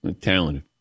Talented